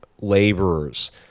laborers